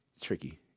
tricky